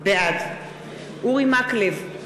בעד אורי מקלב,